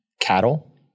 Cattle